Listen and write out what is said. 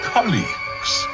Colleagues